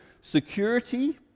Security